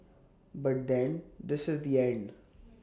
but then this is the end